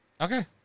Okay